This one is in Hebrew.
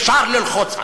אפשר ללחוץ עליו.